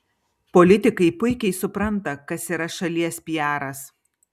politikai puikiai supranta kas yra šalies piaras